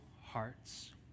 hearts